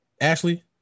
Ashley